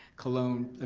cologne ah